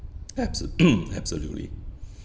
abso~ absolutely